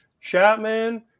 Chapman